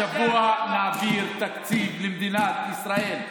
השבוע נעביר תקציב למדינת ישראל,